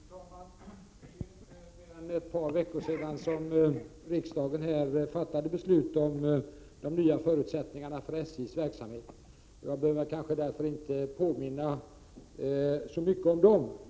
Fru talman! Det är ju inte mer än ett par veckor sedan riksdagen fattade beslut om de nya förutsättningarna för SJ:s verksamhet. Jag behöver därför kanske inte påminna så mycket om dem.